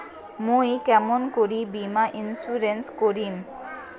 মুই কেমন করি বীমা ইন্সুরেন্স করিম?